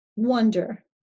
wonder